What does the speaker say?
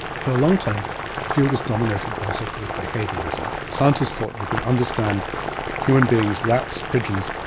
for a long time the field was dominated by so-called behaviourism. scientists thought you could understand human beings, rats, pigeons,